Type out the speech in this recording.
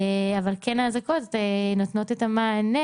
אבל האזעקות נותנות את המענה,